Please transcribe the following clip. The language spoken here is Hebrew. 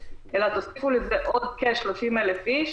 אלא תוסיפו לזה עוד כ-30,000 איש